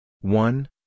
one